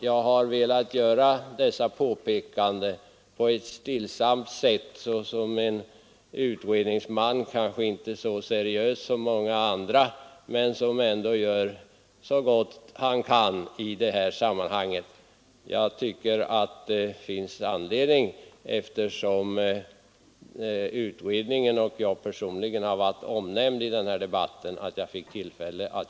Jag har velat göra dessa påpekanden på ett stillsamt sätt såsom en utredningsman, kanske inte så seriös som många andra men en som ändå gör så gott han kan. Jag tycker det finns anledning att jag fick tillfälle att göra detta, eftersom utredningen och jag personligen har varit omnämnda i denna debatt.